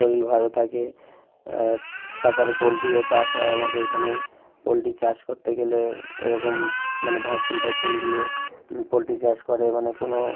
শরীর ভালো থাকে তারপরে পোলট্রিরও চাষ হয় আমাদের এখানে পোলট্রি চাষ করতে গেলে ওরকম মানে ভ্যাকসিন ট্যাকসিন দিয়ে পোলট্রি চাষ করে মানে কোনো